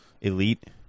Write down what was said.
Elite